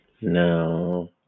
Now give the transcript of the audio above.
No